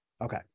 Okay